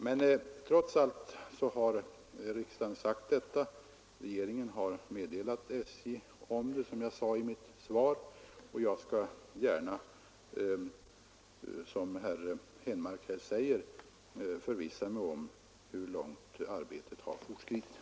Men trots allt har riksdagen gjort detta uttalande, och regeringen har, som jag sade i mitt svar, uppdragit åt SJ att vidta erforderliga åtgärder. Jag skall, som herr Henmark här föreslår, gärna förvissa mig om hur långt arbetet har fortskridit.